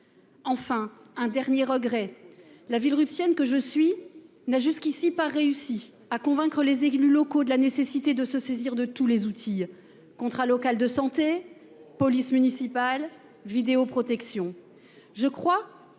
Enfin un dernier regret la Villerupt que je suis n'a jusqu'ici pas réussi à convaincre les élus locaux de la nécessité de se saisir de tous les outils contrat local de santé police municipale vidéoprotection. Je crois que